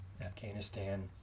Afghanistan